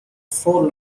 four